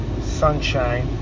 sunshine